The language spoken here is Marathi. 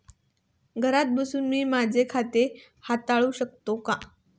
घरात बसून मी माझे खाते हाताळू शकते का?